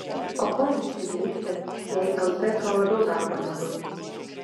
o ko jiems čia grįžti jei lt tuo labiau darbo nebus